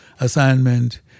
assignment